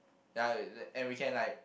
ya and we can like